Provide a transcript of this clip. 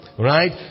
Right